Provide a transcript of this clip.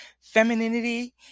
femininity